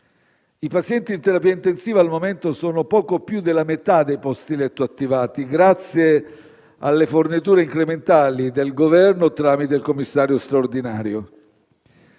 I pazienti in terapia intensiva al momento sono poco più dei posti letto attivati, grazie alle forniture incrementali del Governo, tramite il commissario straordinario.